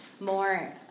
more